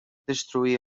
destruir